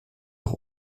auch